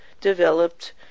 developed